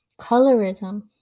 Colorism